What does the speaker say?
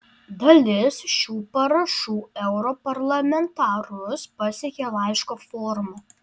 dalis šių parašų europarlamentarus pasiekė laiško forma